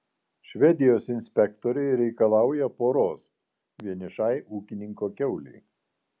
švedijos inspektoriai reikalauja poros vienišai ūkininko kiaulei